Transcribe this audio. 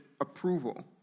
approval